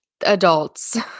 adults